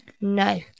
No